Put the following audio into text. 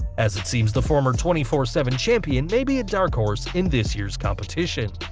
as it seems the former twenty four seven champion may be a dark horse in this year's competition.